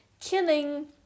killing